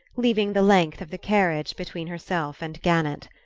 leaving the length of the carriage between herself and gannett.